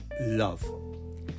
love